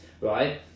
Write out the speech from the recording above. right